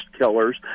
killers